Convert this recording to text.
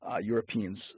Europeans